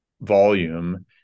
volume